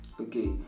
okay